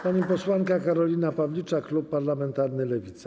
Pani posłanka Karolina Pawliczak, Klub Parlamentarny Lewica.